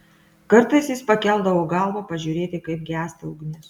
kartais jis pakeldavo galvą pažiūrėti kaip gęsta ugnis